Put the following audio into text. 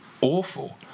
awful